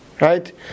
right